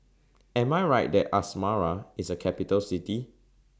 Am I Right that Asmara IS A Capital City